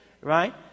right